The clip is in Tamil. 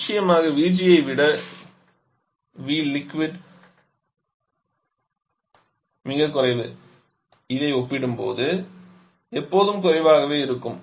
நிச்சயமாக vg ஐ விட vliquid மிகக் குறைவு இதை ஒப்பிடும்போது இது எப்போதும் குறைவாகவே இருக்கும்